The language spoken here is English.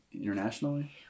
internationally